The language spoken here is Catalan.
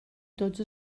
tots